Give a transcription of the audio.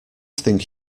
think